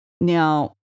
Now